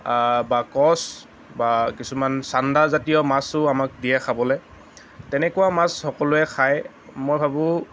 বা কচ বা কিছুমান ছান্দাজাতীয় মাছো আমাক দিয়ে খাবলৈ তেনেকুৱা মাছ সকলোৱে খায় মই ভাবোঁ